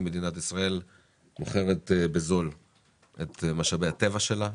מדינת ישראל מוכרת בזול את משאבי הטבע שלה.